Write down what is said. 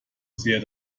sehr